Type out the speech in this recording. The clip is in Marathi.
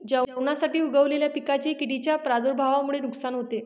जेवणासाठी उगवलेल्या पिकांचेही किडींच्या प्रादुर्भावामुळे नुकसान होते